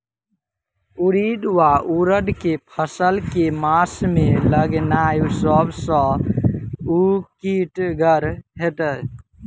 उड़ीद वा उड़द केँ फसल केँ मास मे लगेनाय सब सऽ उकीतगर हेतै?